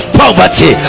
poverty